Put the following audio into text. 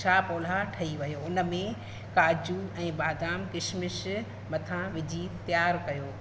छा पुलाउ ठही वियो हुन में काजू ऐं बादाम किश्मीश मथां विझी तयारु कयो